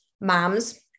moms